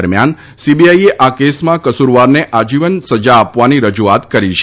દરમ્યાનલ CBI એ આ કેસમાં કસૂરવારને આજીવન સજા આપવાની રજૂઆત કરી છે